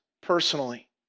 personally